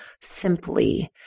simply